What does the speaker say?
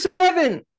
seven